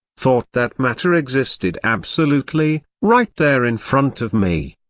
thought that matter existed absolutely, right there in front of me.